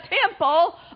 temple